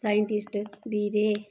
scientist बी रेह्